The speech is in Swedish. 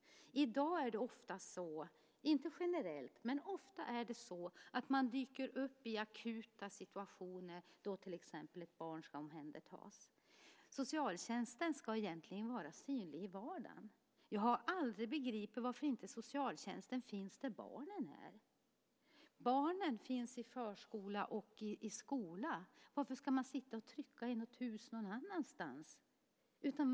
I dag är det ofta så, inte generellt men ofta, att man dyker upp i akuta situationer då till exempel ett barn ska omhändertas. Socialtjänsten ska egentligen vara synlig i vardagen. Jag har aldrig begripit varför socialtjänsten inte finns där barnen är. Barnen finns i förskola och skola. Varför ska man sitta och trycka i något hus någon annanstans?